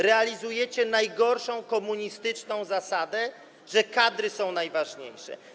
Realizujecie najgorszą komunistyczną zasadę, że kadry są najważniejsze.